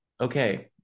okay